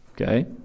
okay